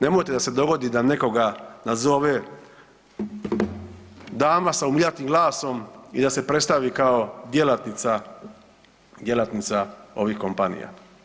Nemojte da se dogodi da nekoga nazove dama sa umiljatim glasom i da se predstavi kao djelatnica, djelatnica ovih kompanija.